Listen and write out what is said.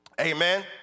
amen